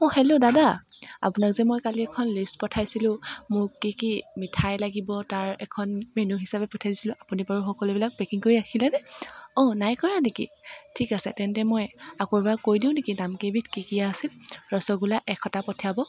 অঁ হেল্ল' দাদা আপোনাক যে মই কালি এখন লিষ্ট পঠাইছিলোঁ মোক কি কি মিঠাই লাগিব তাৰ এখন মেনু হিচাপে পঠিয়াই দিছিলোঁ আপুনি বাৰু সকলোবিলাক পেকিং কৰি ৰাখিলেনে অঁ নাই কৰা নেকি ঠিক আছে তেন্তে মই আকৌ এবাৰ কৈ দিওঁ নেকি নাম কেইবিধ কি কি আছিল ৰছগোল্লা এশটা পঠিয়াব